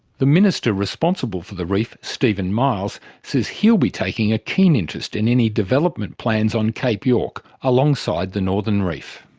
the minister responsible for the reef, steven miles, says he'll be taking a keen interest in any development plans on cape york, alongside the northern reef.